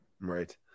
Right